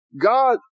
God